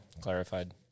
clarified